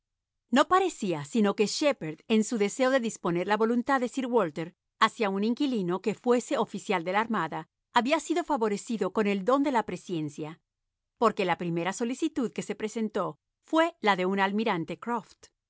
no parecía sino que shepherd en su deseo de disponer la voluntad de sir walter hacia un inquilino que fuese oficial de la armada había sido favorecido con el don de la presciencia porque la primera solicitud que se presentó fué la de un almirante